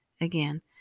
Again